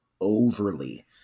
overly